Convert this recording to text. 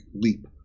leap